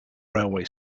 railway